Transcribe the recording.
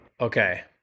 Okay